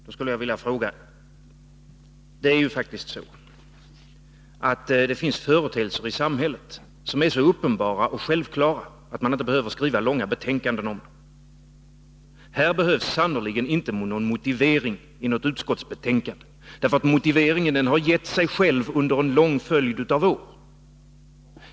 Då skulle jag vilja säga att det faktiskt finns företeelser i samhället som är så uppenbara och självklara att man inte behöver skriva långa betänkanden. Här behövs sannerligen inte någon motivering i något utskottsbetänkande. Motiveringen har gett sig själv under en lång följd av år.